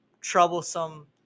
troublesome